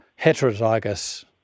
heterozygous